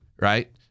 right